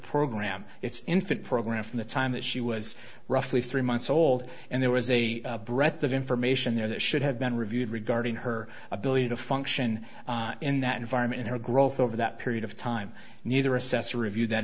program its infant program from the time that she was roughly three months old and there was a breath of information there that should have been reviewed regarding her ability to function in that environment her growth over that period of time neither assessor reviewed that